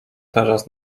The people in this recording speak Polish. teraz